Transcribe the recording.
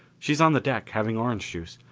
she's on the deck, having orange juice.